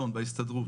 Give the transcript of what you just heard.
בהסתדרות.